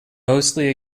mostly